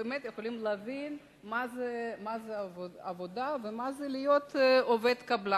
הם באמת יכולים להבין מה זה עבודה ומה זה להיות עובד קבלן.